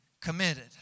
committed